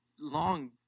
long